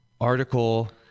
article